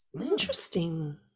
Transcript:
Interesting